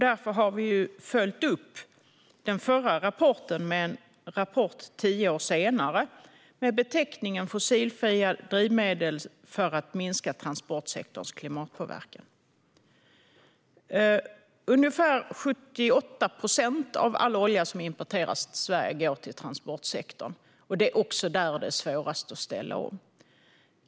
Därför har vi följt upp den förra rapporten med en rapport tio år senare med beteckningen Fossilfria drivmedel för att minska transportsektorns klimatpåverkan . Ungefär 78 procent av all olja som importeras till Sverige går till transportsektorn. Det är också där det är svårast att ställa om.